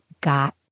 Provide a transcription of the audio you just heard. got